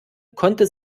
konnte